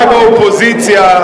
באופוזיציה,